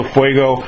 Fuego